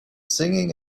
singing